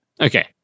Okay